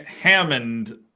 Hammond